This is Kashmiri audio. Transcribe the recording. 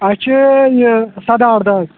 اَسہِ چھِ سَداہ اَرداہ حظ